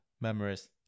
memories